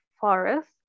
forest